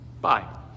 bye